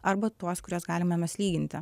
arba tuos kuriuos galime mes lyginti